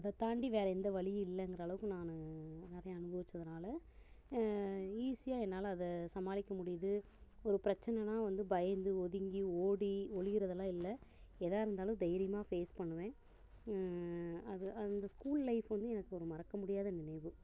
அதைதாண்டி வேறே எந்த வலியும் இல்லைங்கிற அளவுக்கு நான் நிறையா அனுபவிச்சதுனால் ஈஸியாக என்னால் அதை சமாளிக்க முடியுது ஒரு பிரச்சனைனா வந்து பயந்து ஒதுங்கி ஓடி ஒளியிறதல்லாம் இல்லை எதாக இருந்தாலும் தைரியமாக ஃபேஸ் பண்ணுவேன் அது அந்த ஸ்கூல் லைஃப் வந்து எனக்கு ஒரு மறக்க முடியாத ஒரு நினைவு